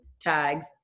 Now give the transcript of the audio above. tags